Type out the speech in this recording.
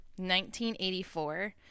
1984